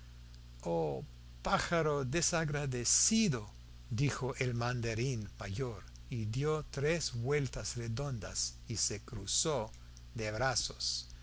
pájaro desagradecido dijo el mandarín mayor y dio tres vueltas redondas y se cruzó de brazos